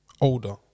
older